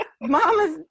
Mama's